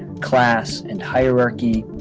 class and hierarchy?